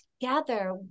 together